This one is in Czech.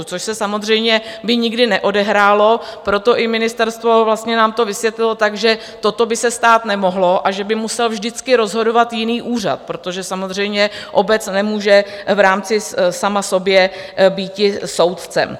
Což by se samozřejmě nikdy neodehrálo, proto i ministerstvo nám to vysvětlilo tak, že toto by se stát nemohlo a že by musel vždycky rozhodovat jiný úřad, protože samozřejmě obec nemůže v rámci sama sobě býti soudcem.